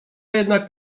jednak